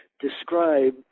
describe